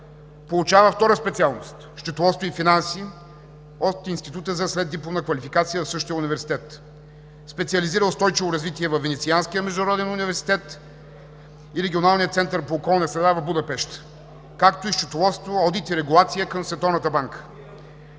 Получава втора специалност „Счетоводство и финанси“ от Института за следдипломна квалификация в същия университет. Специализира „Устойчиво развитие“ във Венецианския международен университет и Регионалния център по околна среда в Будапеща, както и „Счетоводство, одит и регулация“ към Световната банка.